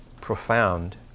profound